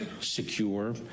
secure